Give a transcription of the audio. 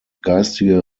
geistige